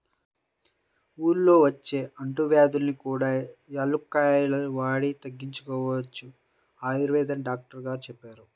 ఊళ్ళల్లో వచ్చే అంటువ్యాధుల్ని కూడా యాలుక్కాయాలు వాడి తగ్గించుకోవచ్చని ఆయుర్వేదం డాక్టరు గారు చెప్పారు